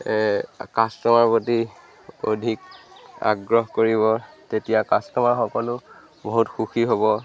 customer প্ৰতি অধিক আগ্ৰহ কৰিব তেতিয়া কাষ্টমাৰসকলো বহুত সুখী হ'ব